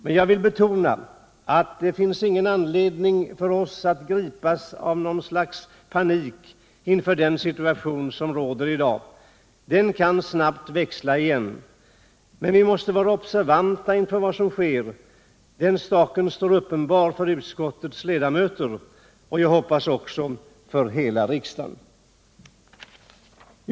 Men jag vill betona att det inte finns någon anledning för oss att gripas av något slags panik inför den situation som råder i dag. Den kan snabbt växla igen. Men vi måste vara observanta inför vad som sker —-den saken är uppenbar för utskottets ledamöter och jag hoppas också för hela riksdagen.